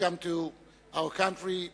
Welcome to our country,